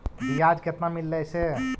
बियाज केतना मिललय से?